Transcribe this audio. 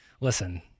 listen